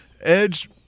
edge